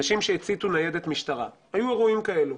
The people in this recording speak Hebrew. אנשים שהציתו ניידת משטרה היו אירועים כאלה.